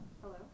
hello